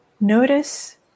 Notice